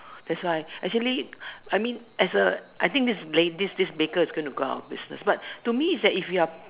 that's why actually I mean as A I think this lady this baker is going to go out of business but to me is that if you're